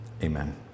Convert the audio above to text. amen